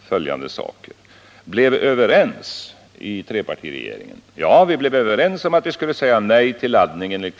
följande: Vi blev överens i trepartiregeringen om att vi enligt villkorslagen skulle säga nej till laddning.